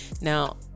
now